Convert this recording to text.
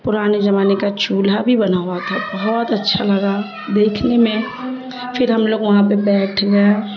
پرانے زمانے کا چولہا بھی بنا ہوا تھا بہت اچھا لگا دیکھنے میں پھر ہم لوگ وہاں پہ بیٹھ گیا